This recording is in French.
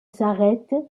s’arrête